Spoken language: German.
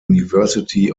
university